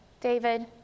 David